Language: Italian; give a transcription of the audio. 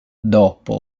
dopo